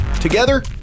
Together